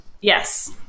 Yes